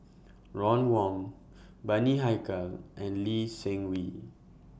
Ron Wong Bani Haykal and Lee Seng Wee